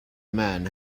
man